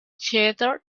shattered